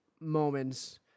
moments